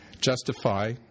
justify